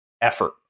effort